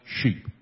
sheep